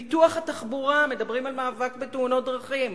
פיתוח התחבורה, מדברים על מאבק בתאונות דרכים.